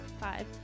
five